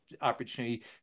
opportunity